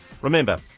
Remember